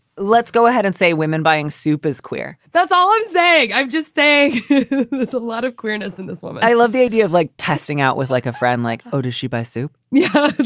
let's go ahead and say women buying soup is queer. that's all i'm saying. i'll just say it's a lot of queerness in this woman. i love the idea of like testing out with like a friend like, oh does she buy soup? yeah.